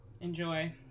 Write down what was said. Enjoy